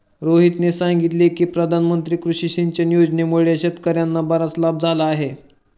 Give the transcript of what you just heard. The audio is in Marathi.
रोहितने सांगितले की प्रधानमंत्री कृषी सिंचन योजनेमुळे शेतकर्यांना बराच लाभ झाला आहे